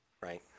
Right